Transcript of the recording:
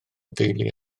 deulu